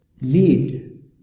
lead